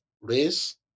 race